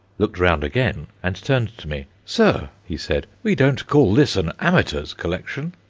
looked round again, and turned to me. sir, he said, we don't call this an amateur's collection!